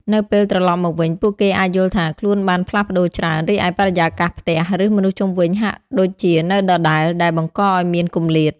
នៅពេលត្រឡប់មកវិញ ពួកគេអាចយល់ថាខ្លួនបានផ្លាស់ប្តូរច្រើន រីឯបរិយាកាសផ្ទះ ឬមនុស្សជុំវិញហាក់ដូចជានៅដដែល ដែលបង្កឱ្យមានគម្លាត។